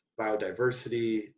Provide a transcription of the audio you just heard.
biodiversity